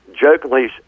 jokingly